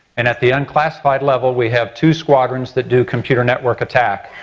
and at the unclassified level we have two squadrons that do computer network attack.